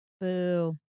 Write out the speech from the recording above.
Boo